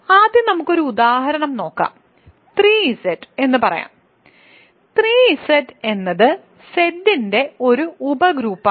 ആദ്യം നമുക്ക് ഒരു ഉദാഹരണമായി നോക്കാം 3Z എന്ന് പറയാം 3Z എന്നത് Z ന്റെ ഒരു ഉപഗ്രൂപ്പാണ്